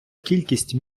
кількість